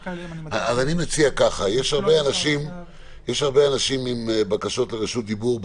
אני מציע כך יש הרבה אנשים עם בקשות רשות דיבור.